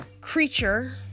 creature